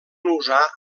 usar